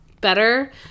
better